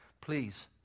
please